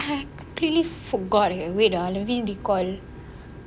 please forgot wait ah let me recall